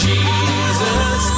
Jesus